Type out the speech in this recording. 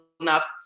enough